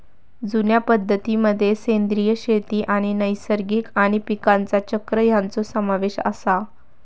जुन्या पद्धतीं मध्ये सेंद्रिय शेती आणि नैसर्गिक आणि पीकांचा चक्र ह्यांचो समावेश आसा